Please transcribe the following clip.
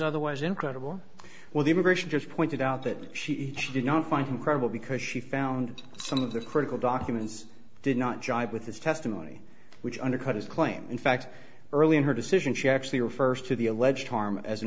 otherwise incredible well the immigration just pointed out that she did not find credible because she found some of the critical documents did not jibe with his testimony which undercut his claim in fact early in her decision she actually refers to the alleged harm as an